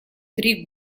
три